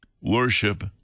Worship